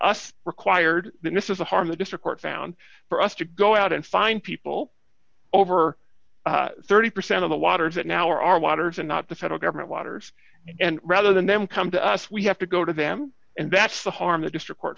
us required then this is a harm the district court found for us to go out and find people over thirty percent of the waters that now are our waters and not the federal government waters and rather than them come to us we have to go to them and that's the harm the district court